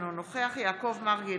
אינו נוכח יעקב מרגי,